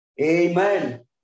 Amen